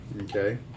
Okay